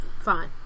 fine